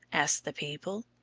asked the people.